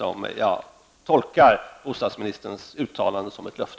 Jag tolkar bostadsministerns uttalande som ett löfte.